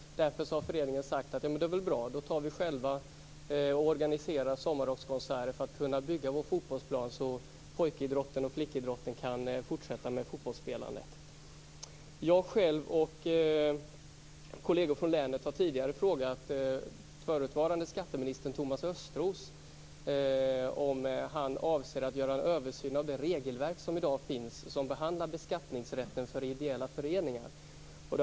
Därför har föreningen sagt: Det är väl bra. Då tar vi själva och organiserar sommarrockskonserter för att kunna bygga vår fotbollsplan så att pojk och flickidrotten kan fortsätta med fotbollsspelandet. Jag själv och kolleger från länet har tidigare frågat förutvarande skatteministern Thomas Östros om han avser att göra en översyn av det regelverk som i dag finns som behandlar beskattningsrätten för ideella föreningar.